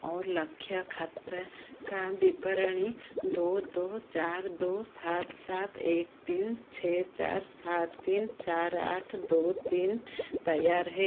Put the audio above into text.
और लक्ष्य खाते का विवरणी दो दो चार दो सात सात एक तीन छः चार सात तीन चार आठ दो तीन तैयार है